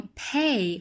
pay